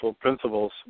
principles